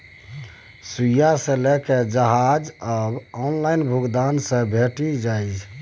सुईया सँ लकए जहाज धरि आब ऑनलाइन भुगतान सँ भेटि जाइत